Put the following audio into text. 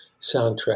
soundtrack